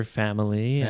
family